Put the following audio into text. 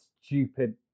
stupid